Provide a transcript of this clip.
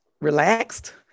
relaxed